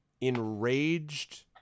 enraged